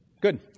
Good